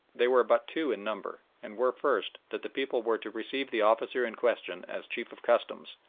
they were but two in number, and were, first, that the people were to receive the officer in question as chief of customs,